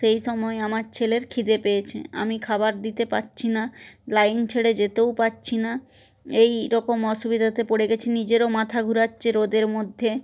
সেই সময় আমার ছেলের খিদে পেয়েছে আমি খাবার দিতে পারছি না লাইন ছেড়ে যেতেও পারছি না এই রকম অসুবিধাতে পড়ে গেছি নিজেরও মাথা ঘোরাচ্ছে রোদের মধ্যে